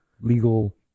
legal